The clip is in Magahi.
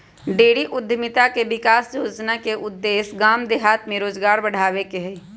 डेयरी उद्यमिता विकास योजना के उद्देश्य गाम देहात में रोजगार बढ़ाबे के हइ